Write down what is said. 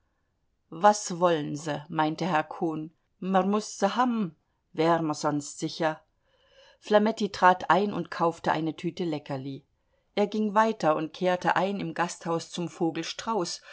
was wolln se meinte herr cohn mer muß se hamm wär mer sonst sicher flametti trat ein und kaufte eine tüte leckerli er ging weiter und kehrte ein im gasthaus zum